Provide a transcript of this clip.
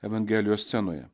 evangelijos scenoje